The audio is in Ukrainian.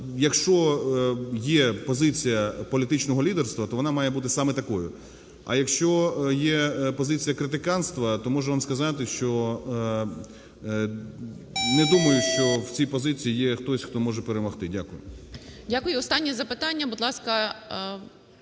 якщо є позиція політичного лідерства, то вона має бути саме такою. А якщо є позиція критиканства, то можу вам сказати, що не думаю, що у цій позиції є хтось, хто може перемогти. Дякую. ГОЛОВУЮЧИЙ. Дякую. І останнє запитання. Будь ласка,